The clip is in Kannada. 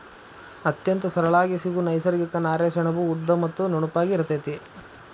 ಅತ್ಯಂತ ಸರಳಾಗಿ ಸಿಗು ನೈಸರ್ಗಿಕ ನಾರೇ ಸೆಣಬು ಉದ್ದ ಮತ್ತ ನುಣುಪಾಗಿ ಇರತತಿ